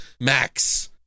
Max